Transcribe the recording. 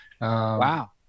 wow